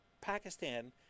Pakistan